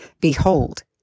Behold